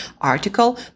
article